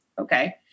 Okay